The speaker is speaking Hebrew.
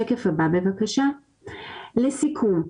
לסיכום,